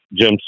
Jim